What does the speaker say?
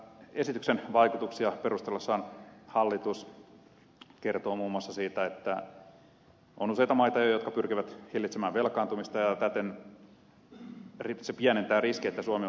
esityksen vaikutuksia perustellessaan hallitus kertoo muun muassa siitä että on useita maita jo jotka pyrkivät hillitsemään velkaantumista ja täten se pienentää riskiä että suomi joutuu maksamaan